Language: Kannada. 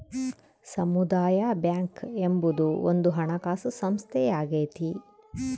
ಸಮುದಾಯ ಬ್ಯಾಂಕ್ ಎಂಬುದು ಒಂದು ಹಣಕಾಸು ಸಂಸ್ಥೆಯಾಗೈತೆ